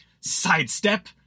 sidestep